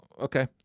Okay